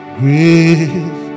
grace